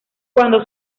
cuándo